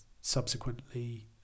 subsequently